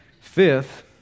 Fifth